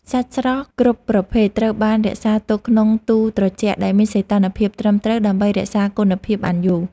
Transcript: សាច់ស្រស់គ្រប់ប្រភេទត្រូវបានរក្សាទុកក្នុងទូត្រជាក់ដែលមានសីតុណ្ហភាពត្រឹមត្រូវដើម្បីរក្សាគុណភាពបានយូរ។